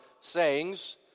sayings